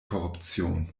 korruption